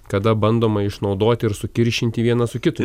kada bandoma išnaudoti ir sukiršinti vieną su kitu